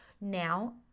now